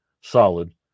solid